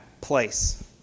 place